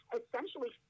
essentially